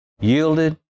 yielded